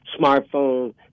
smartphone